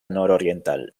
nororiental